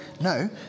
No